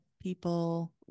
people